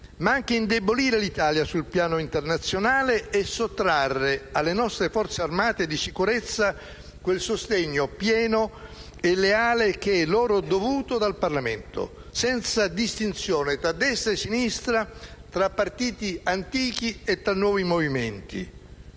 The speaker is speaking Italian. ma anche indebolire l'Italia sul piano internazionale e sottrarre alle nostre Forze armate e di sicurezza quel sostegno pieno e leale che è a loro dovuto dal Parlamento, senza distinzione tra destra e sinistra, tra antichi partiti e nuovi movimenti.